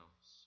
else